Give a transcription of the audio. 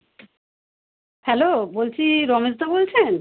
hello বলছি রমেশ দা বলছেন